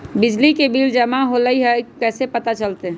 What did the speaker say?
बिजली के बिल जमा होईल ई कैसे पता चलतै?